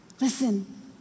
Listen